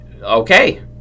okay